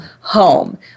home